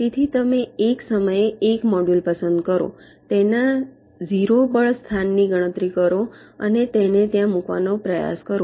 તેથી તમે એક સમયે એક મોડ્યુલ પસંદ કરો તેના 0 બળ સ્થાન ની ગણતરી કરો અને તેને ત્યાં મૂકવાનો પ્રયાસ કરો